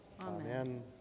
Amen